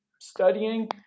studying